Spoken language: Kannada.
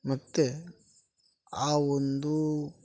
ಮತ್ತು ಆ ಒಂದು